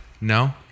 no